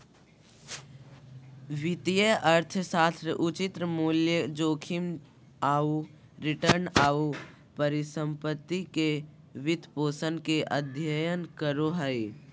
वित्तीय अर्थशास्त्र उचित मूल्य, जोखिम आऊ रिटर्न, आऊ परिसम्पत्ति के वित्तपोषण के अध्ययन करो हइ